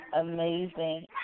amazing